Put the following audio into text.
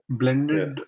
blended